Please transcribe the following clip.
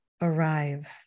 arrive